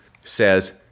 says